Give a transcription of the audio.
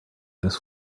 this